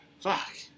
Fuck